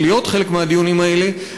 להיות חלק מהדיונים האלה.